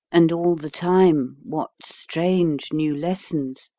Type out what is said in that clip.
and all the time, what strange new lessons,